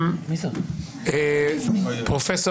פרופ'